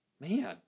Man